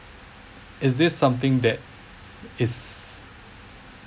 is this something that is